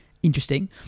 Interesting